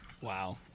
wow